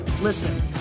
Listen